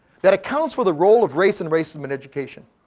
that accounts for the role of race and racism in education.